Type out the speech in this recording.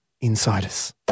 Insiders